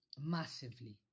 massively